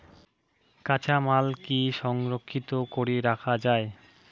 কাঁচামাল কি সংরক্ষিত করি রাখা যায়?